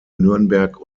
nürnberg